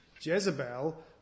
Jezebel